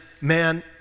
man